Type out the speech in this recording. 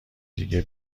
دیگه